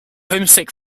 homesick